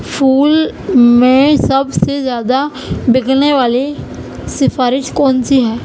پھول میں سب سے زیادہ بکنے والی سفارش کون سی ہے